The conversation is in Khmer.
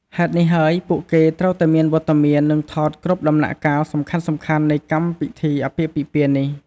ហេតុនេះហើយពួកគេត្រូវតែមានវត្តមាន និងថតគ្រប់ដំណាក់កាលសំខាន់ៗនៃកម្មពិធីអាពាហ៍ពិពាហ៍នេះ។